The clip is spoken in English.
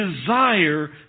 desire